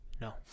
No